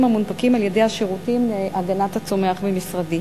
המונפקים על-ידי השירותים להגנת הצומח במשרדי.